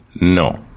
No